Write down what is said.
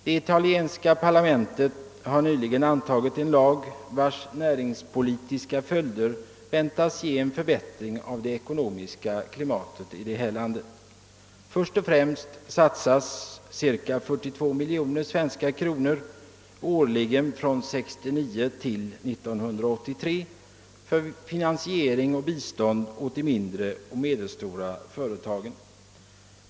Det italienska parlamentet har nyligen antagit en lag vars näringspolitiska följder väntas ge en förbättring av det ekonomiska klimatet i landet. Först och främst satsas, i svenska kronor räknat, cirka 42 miljoner årligen från 1969 till 1983 för finansiering av och bistånd åt mindre och medelstora företag.